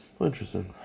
Interesting